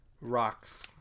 rocks